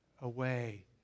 away